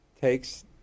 takes